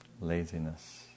Laziness